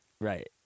right